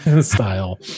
style